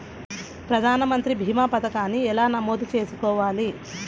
ప్రధాన మంత్రి భీమా పతకాన్ని ఎలా నమోదు చేసుకోవాలి?